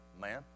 man